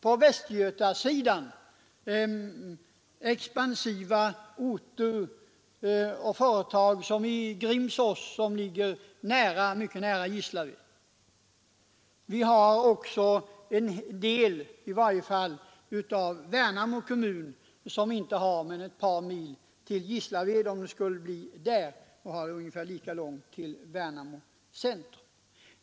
På Västgötasidan finns det expansiva orter och företag, t.ex. Grimsås, som ligger mycket nära Gislaved. I varje fall en del av Värnamo kommun har lika långt till Gislaved som till Värnamo centrum.